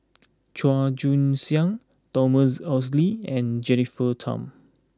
Chua Joon Siang Thomas Oxley and Jennifer Tham